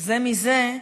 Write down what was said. זה מזה,